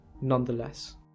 nonetheless